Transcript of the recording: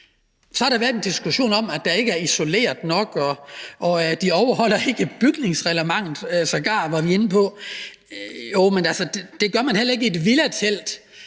Så har der været en diskussion om, at der ikke er isoleret nok, og at de ikke overholder bygningsreglementet – det var vi sågar inde på. Jo, men altså, det gør man heller ikke med et villatelt